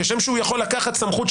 כשם שהוא יכול לקחת סמכות,